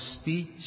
speech